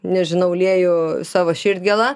nežinau lieju savo širdgėlą